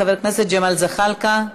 חבר הכנסת ג'מאל זחאלקה,